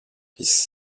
his